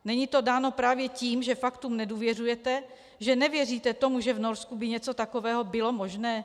Není to dáno právě tím, že faktům nedůvěřujete, že nevěříte tomu, že v Norsku by něco takového bylo možné?